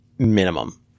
Minimum